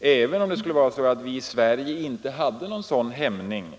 Även om vi i Sverige inte hade någon sådan hämning,